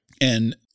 And-